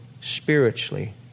spiritually